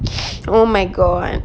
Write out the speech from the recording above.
oh my god